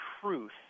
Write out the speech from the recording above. truth